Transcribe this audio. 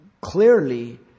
clearly